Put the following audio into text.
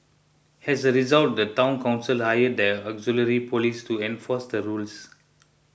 as a result the Town Council hired the auxiliary police to enforce the rules